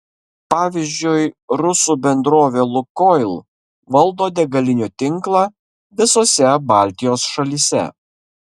pavyzdžiui rusų bendrovė lukoil valdo degalinių tinklą visose baltijos šalyse